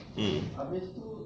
mm